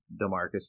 Demarcus